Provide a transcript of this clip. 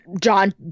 John